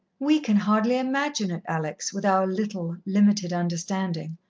we can hardly imagine it, alex, with our little, limited understanding,